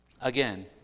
Again